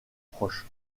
proche